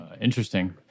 Interesting